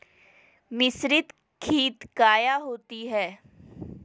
मिसरीत खित काया होती है?